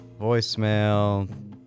voicemail